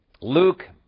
Luke